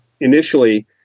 initially